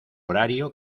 horario